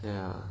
ya